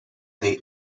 they